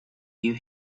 you